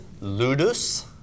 ludus